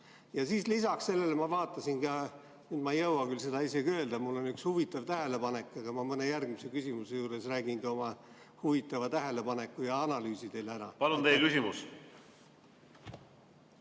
töötajaid. Lisaks sellele ma vaatasin ka, ma ei jõua küll seda isegi öelda, aga mul on üks huvitav tähelepanek. Ma mõne järgmise küsimuse juures räägin teile ka oma huvitava tähelepaneku ja analüüsi ära. Palun teie küsimus!